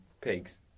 pigs